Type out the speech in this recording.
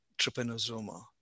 trypanosoma